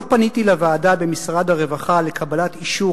1. לא פניתי לוועדה במשרד הרווחה לקבלת אישור